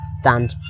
stand